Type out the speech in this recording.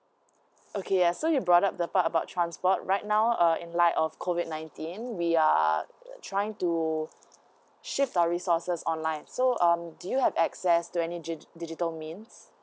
okay yes so you brought up the part about transport right now uh in light of COVID nineteen we are trying to shift the resources online so um do you have access to any di~ digital means